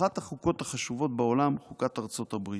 מאחת החוקות החשובות בעולם, חוקת ארצות הברית,